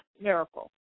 miracle